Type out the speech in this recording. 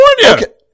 California